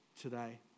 Today